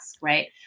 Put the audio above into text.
right